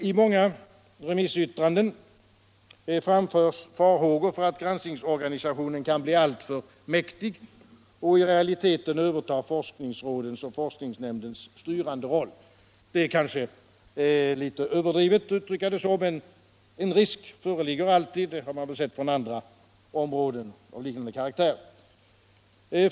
I många remissyttranden framförs farhågor för att granskningsorganisationen kan bli alltför mäktig och i realiteten överta forskningsrådens och forskningsrådsnämndens styrande roll. Det är kanske litet överdrivet att uttrycka det så, men en risk föreligger alltid — det har man sett på andra områden av liknande karaktär.